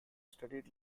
studied